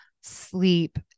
sleep